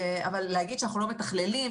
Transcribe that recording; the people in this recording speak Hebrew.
אבל להגיד שאנחנו לא מתכללים,